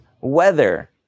weather